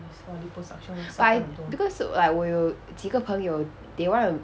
but I because like 我有几个朋友 they want to